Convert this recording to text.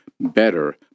better